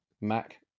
Mac